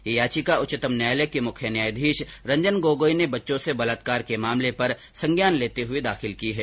ये याचिका उच्चतम न्यायलय के मुख्य न्यायाधीश रंजन गोगोई ने बच्चों से बलात्कार के मामले पर संज्ञान लेते हुए दाखिल की है